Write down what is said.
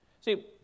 See